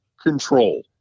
control